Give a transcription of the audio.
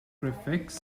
prefix